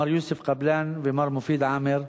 מר יוסף קבלאן ומר מופיד עמאר,